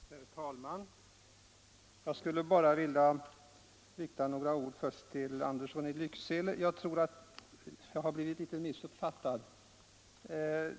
Herr talman! Jag skulle bara vilja rikta några ord först till herr Andersson i Lycksele. Jag tror att jag har blivit litet missuppfattad.